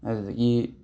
ꯑꯗꯨꯗꯒꯤ